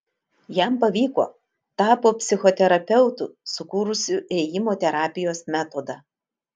jam pavyko tapo psichoterapeutu sukūrusiu ėjimo terapijos metodą